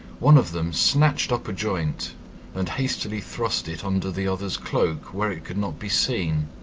one of them snatched up a joint and hastily thrust it under the other's cloak, where it could not be seen.